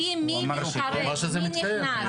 הוא אמר שזה מתקיים.